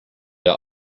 der